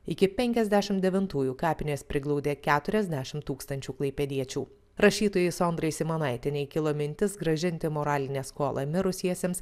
iki penkiasdešim devintųjų kapinės priglaudė keturiasdešim tūkstančių klaipėdiečių rašytojai sondrai simanaitienei kilo mintis grąžinti moralinę skolą mirusiesiems